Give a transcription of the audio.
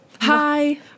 Hi